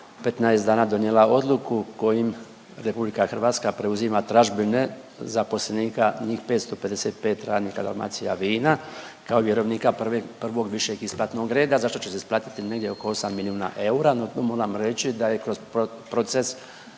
15 dana donijela odluku kojim Republika Hrvatska preuzima tražbine zaposlenika njih 555 radnika Dalmacija vina kao vjerovnika prvog više isplatnog reda za što će se isplatiti negdje oko 8 milijuna eura. No, tu moram reći da je kroz proces